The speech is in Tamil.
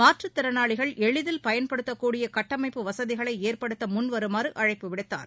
மாற்றுத் திறனாளிகள் எளிதில் பயன்படுத்தக் கூடிய கட்டமைப்பு வசதிகளை ஏற்படுத்த முன்வருமாறு அழைப்பு விடுத்தார்